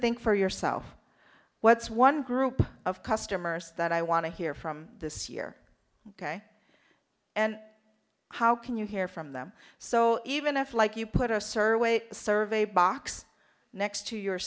think for yourself what's one group of customers that i want to hear from this year ok and how can you hear from them so even if like you put a certain weight survey box next to your